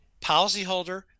policyholder